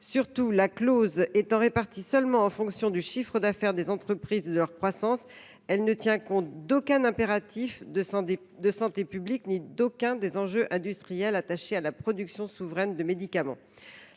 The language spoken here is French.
Surtout, la clause étant répartie seulement en fonction du chiffre d’affaires des entreprises et de leur croissance, elle ne tient compte d’aucun impératif de santé publique ni d’aucun des enjeux industriels attachés à la production souveraine de médicaments.